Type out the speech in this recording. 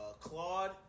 Claude